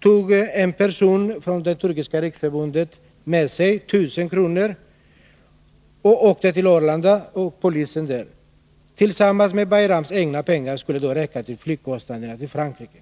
tog en person från Turkiska riksförbundet med sig 1 000 kr. och åkte ut till Arlanda och polisen där. Tillsammans med Bayrams egna pengar skulle det täcka flygkostnaderna till Frankrike.